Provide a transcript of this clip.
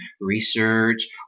research